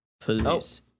police